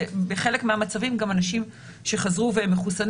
ובחלק מהמצבים גם אנשים שחזרו והם מחוסנים